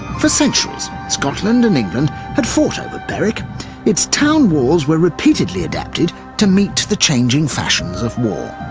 for centuries scotland and england had fought over berwick its town walls were repeatedly adapted to meet to the changing fashions of war.